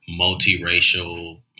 multiracial